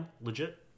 legit